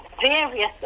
various